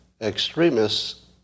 extremists